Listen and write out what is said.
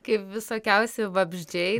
kai visokiausi vabzdžiai